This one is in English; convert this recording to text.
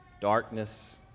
darkness